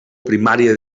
primària